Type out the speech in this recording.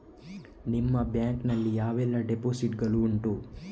ನಿಮ್ಮ ಬ್ಯಾಂಕ್ ನಲ್ಲಿ ಯಾವೆಲ್ಲ ಡೆಪೋಸಿಟ್ ಗಳು ಉಂಟು?